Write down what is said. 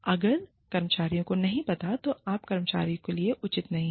अगर कर्मचारियों को नहीं पता है तो आप कर्मचारी के लिए उचित नहीं हैं